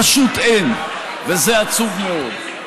פשוט אין, וזה עצוב מאוד.